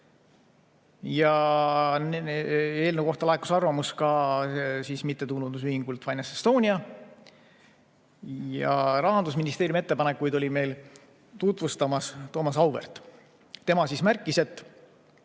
Eelnõu kohta laekus arvamus ka mittetulundusühingult FinanceEstonia. Rahandusministeeriumi ettepanekuid oli meil tutvustamas Thomas Auväärt. Tema märkis, et